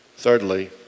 Thirdly